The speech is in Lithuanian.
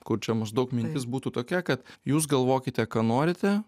kur čia maždaug mintis būtų tokia kad jūs galvokite ką norite